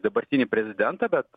dabartinį prezidentą bet